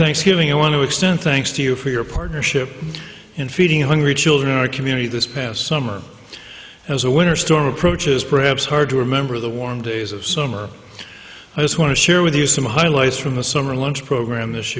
thanksgiving i want to extend thanks to you for your partnership in feeding hungry children in our community this past summer as a winter storm approaches perhaps hard to remember the warm days of summer i just want to share with you some highlights from the summer lunch program this